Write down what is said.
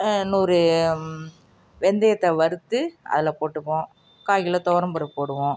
நூறு வெந்தயத்தை வறுத்து அதில் போட்டுப்போம் கால் கிலோ துவரம்பருப்பு போடுவோம்